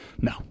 no